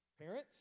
Parents